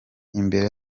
imbere